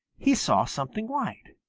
he saw something white.